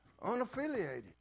Unaffiliated